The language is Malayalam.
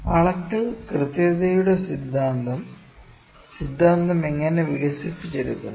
അളക്കൽ കൃത്യതയുടെ സിദ്ധാന്തം സിദ്ധാന്തം എങ്ങനെ വികസിപ്പിച്ചെടുക്കുന്നു